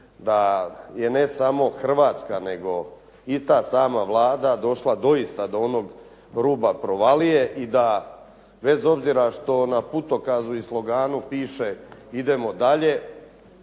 da je ne samo Hrvatska nego i ta sama Vlada došla doista do onog ruba provalije i da bez obzira što na putokazu i sloganu piše “Idemo dalje“